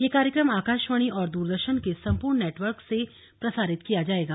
यह कार्यक्रम आकाशवाणी और दूरदर्शन के सम्पूर्ण नेटवर्क से प्रसारित किया जायेगा